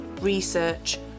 research